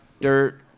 dirt